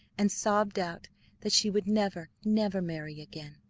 and sobbed out that she would never, never marry again,